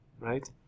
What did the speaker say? right